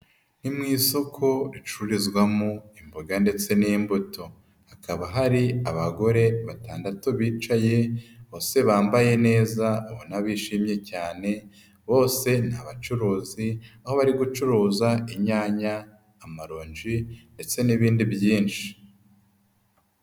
Ni mu isoko ricururizwamo imboga ndetse n'imbuto, hakaba hari abagore batandatu bicaye bose bambaye neza ubona bishimye cyane bose ni abacuruzi, aho bari gucuruza inyanya, amaronji ndetse n'ibindi byinshi.